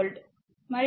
25